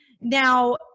Now